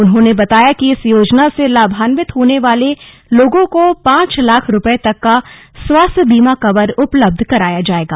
उन्होंने बताया कि इस योजना से लाभान्वित होने वाले लोगों को पांच लाख रुपए तक का स्वास्थ्य बीमा कवर उपलब्ध कराया जाएगा